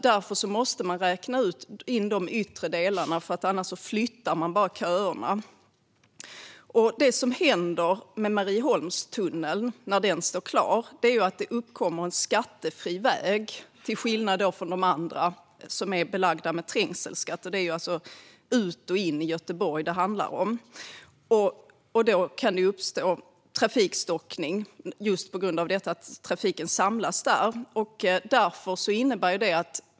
Därför måste man räkna in de yttre delarna, för annars flyttar man bara köerna. Det som händer när Marieholmstunneln står klar är att det uppkommer en skattefri väg, till skillnad från de andra, som är belagda med trängselskatt. Det är alltså trafiken ut och in i Göteborg det handlar om. Då kan det uppstå trafikstockning på grund av att trafiken samlas där.